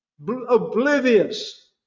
oblivious